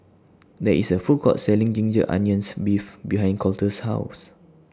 There IS A Food Court Selling Ginger Onions Beef behind Colter's House